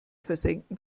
versenken